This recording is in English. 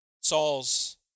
Saul's